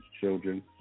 children